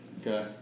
Okay